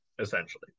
essentially